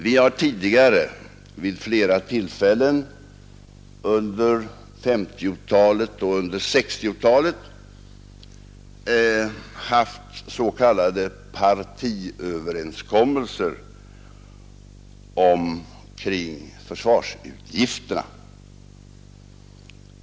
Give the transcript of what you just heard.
Vi har tidigare flera gånger under 1950 och 1960-talen haft s.k. partiöverenskommelser kring försvarsutgifterna.